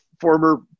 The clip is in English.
former